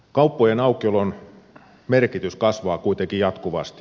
kauppojen aukiolon merkitys kasvaa kuitenkin jatkuvasti